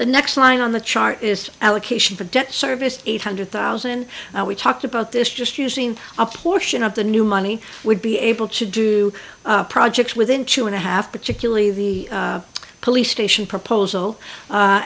the next line on the chart is allocation for debt service eight hundred thousand and we talked about this just using up portion of the new money would be able to do projects within two and a half particularly the police station proposal